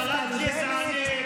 נפתלי בנט,